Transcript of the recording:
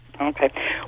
Okay